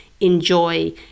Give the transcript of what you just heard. enjoy